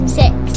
six